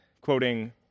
quoting